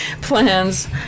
plans